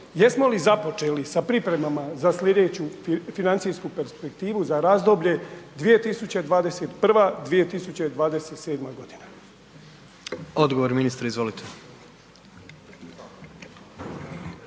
jesmo li započeli sa pripremama za slijedeću financijsku perspektivu za razdoblje 2021.-2027.g.? **Jandroković, Gordan